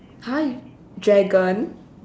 !huh! dragon